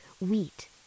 wheat